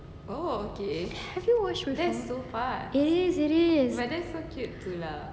have you watched that so far it is it is